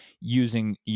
using